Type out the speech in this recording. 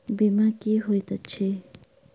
बीमा की होइत छी?